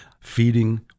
feeding